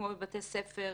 כמו בבתי ספר,